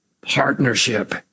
partnership